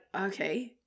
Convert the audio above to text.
Okay